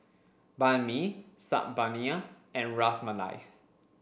Banh Mi Saag Paneer and Ras Malai